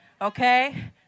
Okay